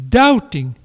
doubting